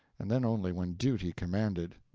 and then only when duty commanded.